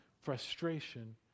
frustration